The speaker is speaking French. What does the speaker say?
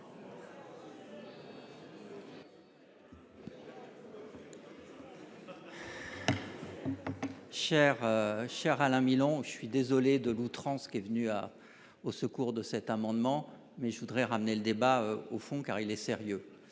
Cher Alain Milon, je suis désolé de l’outrance qui est venue au secours de cet amendement et je souhaite reprendre le débat au fond, car le sujet est sérieux.